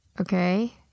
Okay